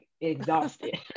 exhausted